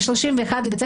מאז 31 בדצמבר,